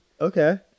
okay